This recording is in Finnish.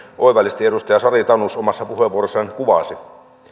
oivallisesti edustaja sari tanus omassa puheenvuorossaan kuvasi